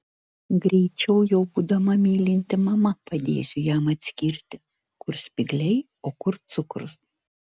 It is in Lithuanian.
greičiau jau būdama mylinti mama padėsiu jam atskirti kur spygliai o kur cukrus